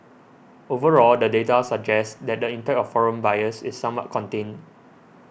overall the data suggests that the impact of foreign buyers is somewhat contained